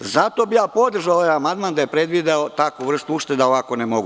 Zato bih ja podržao ovaj amandman da je predvideo takvu vrstu ušteda, a ovako ne mogu.